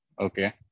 okay